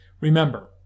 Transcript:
Remember